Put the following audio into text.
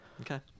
Okay